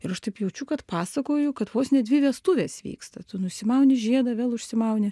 ir aš taip jaučiu kad pasakoju kad vos ne dvi vestuvės vyksta tu nusimauni žiedą vėl užsimauni